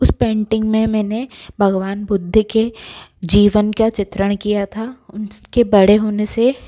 उस पेंटिंग में मैंने भगवान बुद्ध के जीवन का चित्रण किया था उनके बड़े होने से